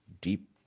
deep